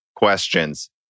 Questions